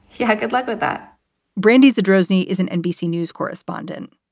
had good luck with that brandy's a droney isn't nbc news correspondent.